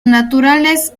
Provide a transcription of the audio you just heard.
naturales